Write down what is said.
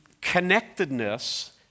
connectedness